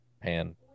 pan